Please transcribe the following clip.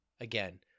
Again